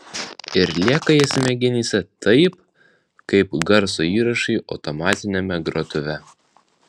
ir lieka jie smegenyse taip kaip garso įrašai automatiniame grotuve